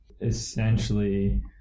essentially